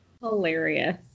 Hilarious